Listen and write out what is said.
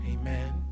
Amen